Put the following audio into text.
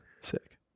Sick